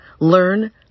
learn